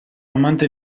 amante